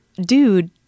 dude